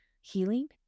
healing